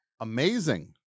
Amazing